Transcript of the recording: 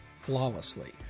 flawlessly